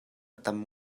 tam